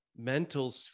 mental